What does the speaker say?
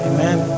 Amen